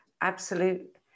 Absolute